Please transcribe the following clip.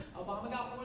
obama got